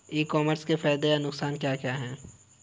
ई commerce के फायदे या नुकसान क्या क्या हैं?